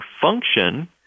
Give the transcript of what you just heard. function